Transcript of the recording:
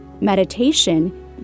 meditation